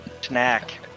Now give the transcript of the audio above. Snack